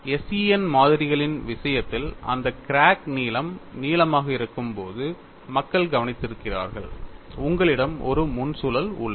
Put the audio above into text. SEN மாதிரிகளின் விஷயத்தில் அந்த கிராக் நீளம் நீளமாக இருக்கும்போது மக்கள் கவனித்திருக்கிறார்கள் உங்களிடம் ஒரு முன் சுழல் உள்ளது